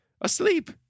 Asleep